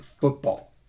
football